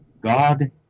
God